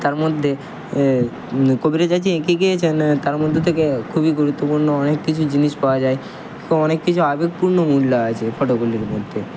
তার মধ্যে কবিরা যা যে এঁকে গিয়েছেন তার মধ্যে থেকে খুবই গুরুত্বপূর্ণ অনেক কিছু জিনিস পাওয়া যায় অনেক কিছু আবেগপূর্ণ মূল্য আছে ফটোগুলির মধ্যে